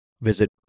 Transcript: visit